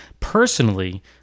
Personally